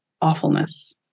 awfulness